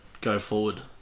go-forward